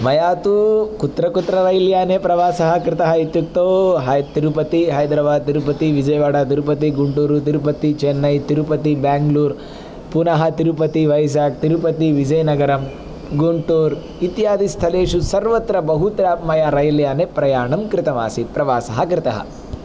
मया तु कुत्र कुत्र रैल् याने प्रवासः कृतः इत्युक्तो है तिरुपति हैद्राबाद् तिरुपति विजयवाडा तिरुपति गुन्टूरू तिरुपति चेन्नै तिरुपतिः बेङ्ग्लूर् पुनः तिरुपति वैज़ाग् तिरुपति विजयनगरं गुन्टूर् इत्यादि स्थलेषु सर्वत्र बहुत्र मया रैल् याने प्रयाणं कृतमासीत् प्रवासः कृतः